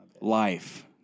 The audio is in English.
life